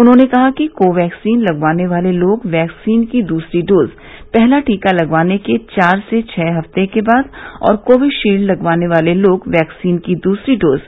उन्होंने कहा कि को वैक्सीन लगवाने वाले लोग वैक्सीन की दूसरी डोज पहला टीका लगवाने के चार से छः हफ्ते बाद और कोविशील्ड लगवाने वाले लोग वैक्सीन की दूसरी डोज